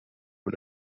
mit